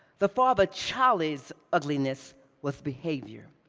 the father, charlie's, ugliness was behavior.